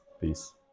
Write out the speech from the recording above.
peace